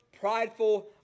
prideful